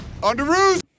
Underoos